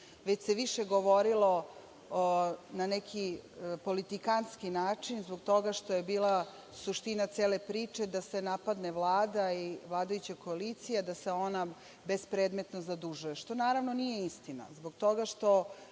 već se više govorilo na neki politikanski način zbog toga što je bila suština cele priče da se napadne Vlada i vladajuća koalicija, da se ona bespredmetno zadužuje, što naravno nije istina, zbog toga što